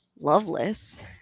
loveless